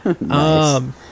Nice